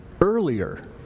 earlier